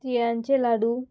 तिळांचे लाडू